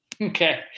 Okay